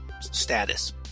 status